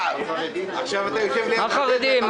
חרדים וערבים מתחיל להיות --- מה חרדים?